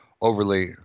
overly